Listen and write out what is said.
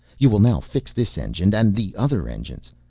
you will now fix this engine and the other engines.